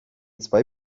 zwei